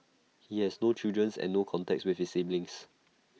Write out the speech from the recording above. he has no children's and no contact with his siblings